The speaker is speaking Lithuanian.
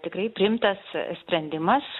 tikrai priimtas sprendimas